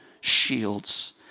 shields